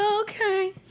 Okay